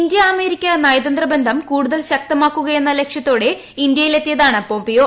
India America നയതന്ത്രബന്ധം കൂടുതൽ ശക്തമാക്കുകയെന്ന ലക്ഷ്യത്തോടെ ഇന്ത്യയിലെത്തിയതാണ് പോംപിയോ